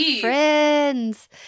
friends